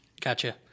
Gotcha